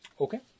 Okay